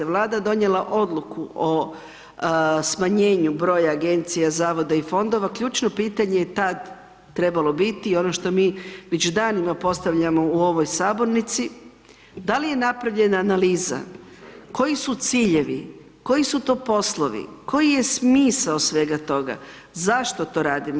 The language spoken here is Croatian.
Vlada donijela odluku o smanjenju broja agencija, zavoda i fondova ključno pitanje je tad trebalo biti ono što mi već danima postavljamo u ovoj sabornici, da li je napravljena analiza, koji su ciljevi, koji su to poslovi, koji je smisao svega toga, zašto to radimo?